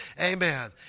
Amen